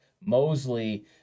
Mosley